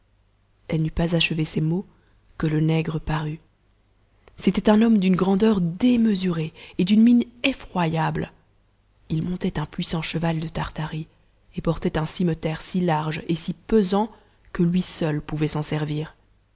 elle n'eut pas achevé ces mots que le nègre parut c'était un homme d'une grandeur démesurée et d'une mine effroyable il montait un puissant cheval de tartarie et portait un cimeterre si large et si pesant que lui seul pouvait s'en servir